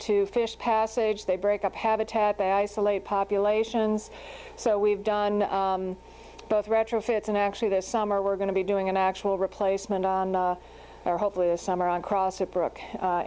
to fish passage they break up habitat isolate populations so we've done both retrofits and actually this summer we're going to be doing an actual replacement there hopefully this summer on cross it broke